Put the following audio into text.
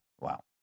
Wow